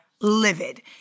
livid